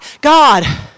God